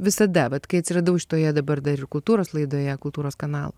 visada vat kai atsiradau šitoje dabar dar ir kultūros laidoje kultūros kanal